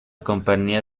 compañía